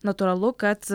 natūralu kad